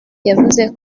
yavuze